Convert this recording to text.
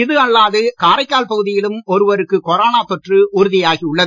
இது அல்லாது காரைக்கால் பகுதியிலும் ஒருவருக்கு கொரோனா தொற்று உறுதியாகியுள்ளது